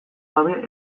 gabe